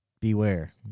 beware